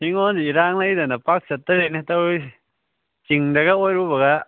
ꯏꯪꯈꯣꯜꯁꯨ ꯏꯔꯥꯡ ꯂꯩꯗꯅ ꯄꯥꯛ ꯆꯠꯇꯔꯦꯅꯦ ꯇꯧꯔꯤꯁꯦ ꯆꯤꯡꯗꯒ ꯑꯣꯏꯔꯨꯕꯒ